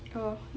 oh